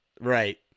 Right